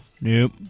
Nope